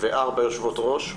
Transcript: וארבע יושבות-ראש.